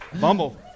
Bumble